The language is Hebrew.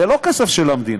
זה לא כסף של המדינה,